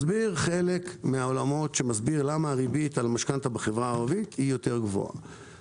מסביר חלק מן העולמות למה הריבית על משכנתה בחברה הערבית גבוהה יותר.